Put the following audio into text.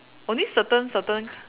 only certain certain